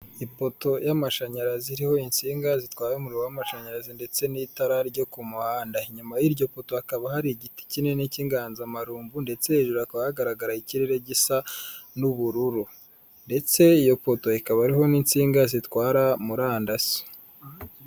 Ipoto y'amashanyarazi iriho insinga zitwaye umuriro w'amashanyarazi ndetse n'itara ryo ku muhanda, inyuma y'iryo poto hakaba hari igiti kinini cy'inganzamarumbu ndetse hejuru hakaba hagaragara ikirere gisa n'ubururu ndetse iyo poto ikaba hariho n'insinga zitwara murandasi.